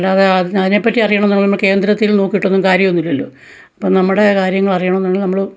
അല്ലാതെ അതിനെപ്പറ്റി അറിയണമെന്നുള്ള നമ്മൾ കേന്ദ്രത്തിൽ നോക്കിട്ടൊന്നും കാര്യം ഒന്നും ഇല്ലല്ലോ അപ്പം നമ്മുടെ കാര്യങ്ങൾ അറിയണമെന്നുണ്ടെങ്കിൽ നമ്മൾ